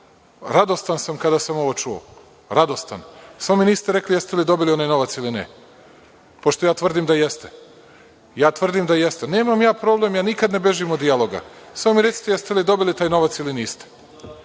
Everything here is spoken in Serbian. radostan sam kada sam ovo čuo, radostan, samo mi niste rekli jeste li dobili onaj novac ili ne, pošto ja tvrdim da jeste. Ja tvrdim da jeste. Nemam ja problem, ja nikada ne bežim od dijaloga, samo mi recite jeste li dobili taj novac ili niste?